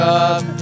up